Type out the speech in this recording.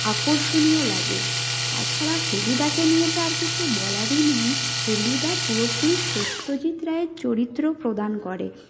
আকর্ষণীয় লাগে তাছাড়া ফেলুদা নিয়ে তো আর কিছু বলারই নেই ফেলুদা পুরোপুরি সত্যজিৎ রায়ের চরিত্র প্রদান করে